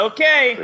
Okay